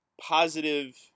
positive